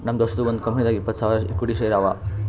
ನಮ್ ದೋಸ್ತದು ಒಂದ್ ಕಂಪನಿನಾಗ್ ಇಪ್ಪತ್ತ್ ಸಾವಿರ ಇಕ್ವಿಟಿ ಶೇರ್ ಅವಾ